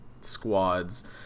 squads